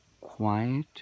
quiet